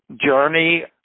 journey